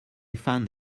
found